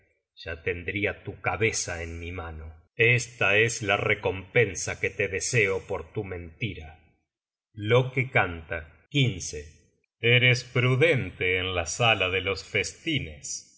ya tendria tu cabeza en mi mano esta es la recompensa que te deseo por tu mentira loke canta eres prudente en la sala de los festines